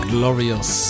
Glorious